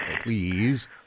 please